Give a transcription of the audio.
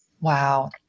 Wow